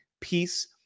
peace